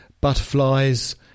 butterflies